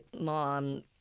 mom